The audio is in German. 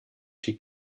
die